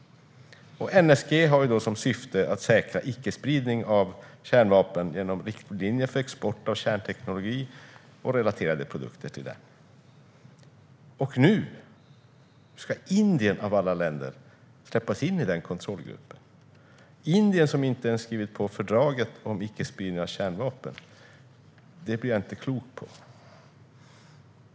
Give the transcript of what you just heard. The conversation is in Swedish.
NSG har som syfte att säkra icke-spridning av kärnvapen genom riktlinjer för export av kärnteknologi och till denna relaterade produkter. Och nu ska Indien av alla länder släppas in i denna kontrollgrupp - Indien, som inte ens skrivit på fördraget om icke-spridning av kärnvapen! Det blir jag inte klok på.